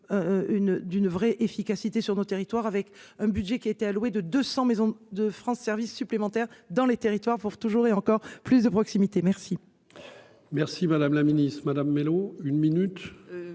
d'une vraie efficacité sur notre territoire avec un budget qui a été alloué de 200 maisons de France service supplémentaires dans les territoires pour toujours et encore plus de proximité, merci. Merci, madame la Ministre Madame Mellow une minute.